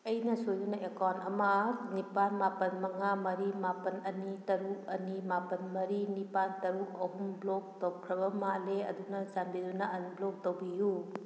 ꯑꯩꯅ ꯁꯣꯏꯗꯨꯅ ꯑꯦꯀꯥꯎꯟ ꯑꯃ ꯅꯤꯄꯥꯜ ꯃꯥꯄꯜ ꯃꯉꯥ ꯃꯔꯤ ꯃꯥꯄꯜ ꯑꯅꯤ ꯇꯔꯨꯛ ꯑꯅꯤ ꯃꯥꯄꯜ ꯃꯔꯤ ꯅꯤꯄꯥꯜ ꯇꯔꯨꯛ ꯑꯍꯨꯝ ꯕ꯭ꯂꯣꯛ ꯇꯧꯈ꯭ꯔꯕ ꯃꯥꯜꯂꯦ ꯑꯗꯨꯅ ꯆꯥꯟꯕꯤꯗꯨꯅ ꯑꯟꯕ꯭ꯂꯣꯛ ꯇꯧꯕꯤꯎ